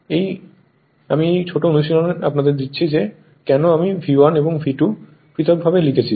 এই আমি একটি ছোট অনুশীলন আপনাদের দিচ্ছি যে কেন আমি V1 এবং V2 পৃথক ভাবে লিখেছি